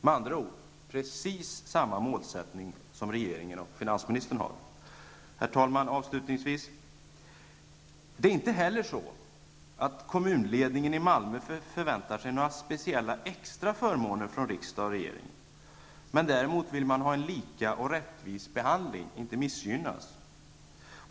Med andra ord precis samma målsättning som regeringen och finansministern har. Herr talman! Avslutningsvis är det heller inte så att kommunledningen i Malmö förväntar sig några speciella extra förmåner från riksdag och regering. Däremot vill man ha lika och rättvis behandling. Man vill inte missgynnas.